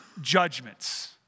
judgments